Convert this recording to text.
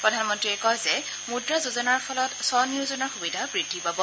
প্ৰধানমন্ত্ৰীয়ে কয় যে মুদ্ৰা যোজনাৰ ফলত স্বনিয়োজনৰ সুবিধা বৃদ্ধি পাব